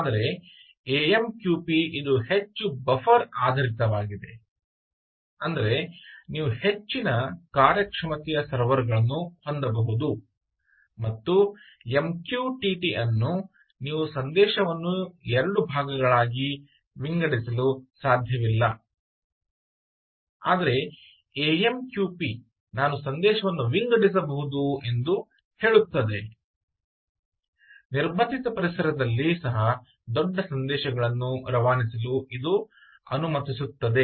ಆದರೆ AMQP ಇದು ಹೆಚ್ಚು ಬಫರ್ ಆಧಾರಿತವಾಗಿದೆ ಅಂದರೆ ನೀವು ಹೆಚ್ಚಿನ ಕಾರ್ಯಕ್ಷಮತೆಯ ಸರ್ವರ್ಗಳನ್ನು ಹೊಂದಬಹುದು ಮತ್ತು MQTT ಅನ್ನು ನೀವು ಸಂದೇಶವನ್ನು ಎರಡು ಭಾಗಗಳಾಗಿ ವಿಂಗಡಿಸಲು ಸಾಧ್ಯವಿಲ್ಲ ಆದರೆ AMQP ನಾನು ಸಂದೇಶವನ್ನು ವಿಂಗಡಿಸಬಹುದು ಎಂದು ಹೇಳುತ್ತದೆ ನಿರ್ಬಂಧಿತ ಪರಿಸರದಲ್ಲಿ ಸಹ ದೊಡ್ಡ ಸಂದೇಶಗಳನ್ನು ರವಾನಿಸಲು ಇದು ಅನುಮತಿಸುತ್ತದೆ